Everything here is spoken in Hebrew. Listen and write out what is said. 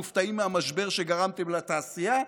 מופתעים מהמשבר שגרמתם לתעשייה.